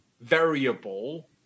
variable